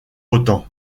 autant